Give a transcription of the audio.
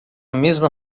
mesma